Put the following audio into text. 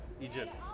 Egypt